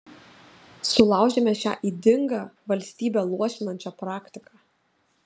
sulaužėme šią ydingą valstybę luošinančią praktiką